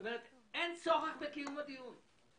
אין צורך בקיום הדיון,